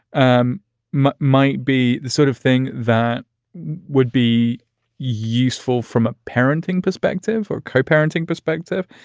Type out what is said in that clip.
um might might be the sort of thing that would be useful from a parenting perspective or co-parenting perspective.